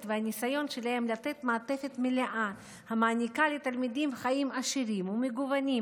והניסיון שלהם לתת מעטפת מלאה המעניקה לתלמידים חיים עשירים ומגוונים,